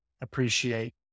appreciate